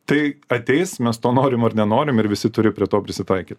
tai ateis mes to norim ar nenorim ir visi turi prie to prisitaikyt